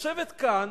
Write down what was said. לשבת כאן